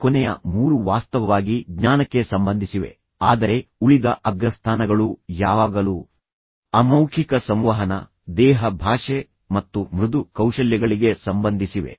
ಈ ಕೊನೆಯ 3 ವಾಸ್ತವವಾಗಿ ಜ್ಞಾನಕ್ಕೆ ಸಂಬಂಧಿಸಿವೆ ಆದರೆ ಉಳಿದ ಅಗ್ರಸ್ಥಾನಗಳು ಯಾವಾಗಲೂ ಅಮೌಖಿಕ ಸಂವಹನ ದೇಹ ಭಾಷೆ ಮತ್ತು ಮೃದು ಕೌಶಲ್ಯಗಳಿಗೆ ಸಂಬಂಧಿಸಿವೆ